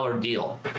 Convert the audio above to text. deal